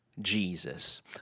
Jesus